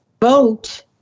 vote